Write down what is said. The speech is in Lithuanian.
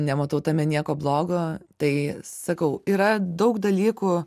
nematau tame nieko blogo tai sakau yra daug dalykų